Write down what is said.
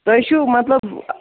تۄہہِ چھُو مطلب